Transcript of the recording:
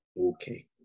Okay